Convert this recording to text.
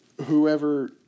whoever